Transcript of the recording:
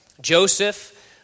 Joseph